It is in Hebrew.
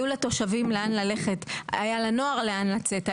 היה לתושבים לאן ללכת, היה לנוער לאן לצאת.